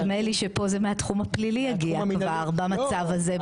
נדמה לי שפה זה מהתחום הפלילי יגיע כבר במצב הזה,